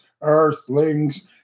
Earthlings